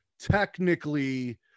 technically